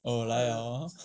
oh 来 liao orh